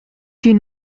die